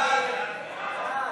סעיפים 5 6,